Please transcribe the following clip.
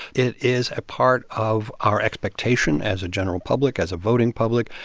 it is a part of our expectation as a general public, as a voting public,